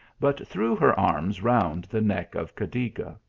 but threw her arms round the neck of cacliga.